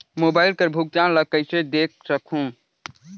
Mobile कर भुगतान ला कइसे देख सकहुं?